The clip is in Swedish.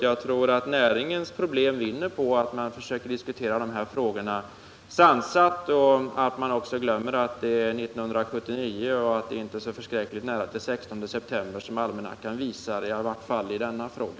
Jag tror att näringens problem vinner på att man försöker diskutera dessa frågor sansat och att man också glömmer att det är 1979 och inte tänker på att det är så förskräckligt nära till den 16 september som almanackan visar — i varje fall i denna fråga.